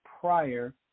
prior